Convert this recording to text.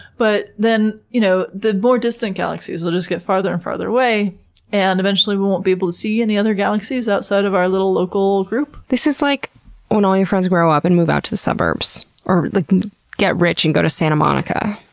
but then you know the more distant galaxies will just get farther and farther away and eventually we won't be able to see any other galaxies outside of our little local group. this is like when all your friends grow up and move out to the suburbs, or like get rich and go to santa monica.